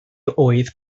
oedd